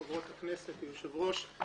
חברות הכנסת והיושב-ראש.